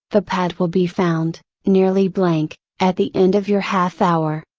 the pad will be found, nearly blank, at the end of your half hour.